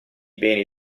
beni